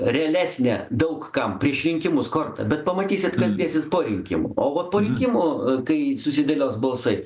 realesnė daug kam prieš rinkimus korta bet pamatysit kas dėsis po rinkimų o va po rinkimų kai susidėlios balsai